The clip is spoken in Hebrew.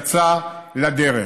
במשמרת שלי הפרויקט יצא לדרך.